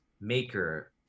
Maker